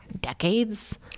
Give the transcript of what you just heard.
decades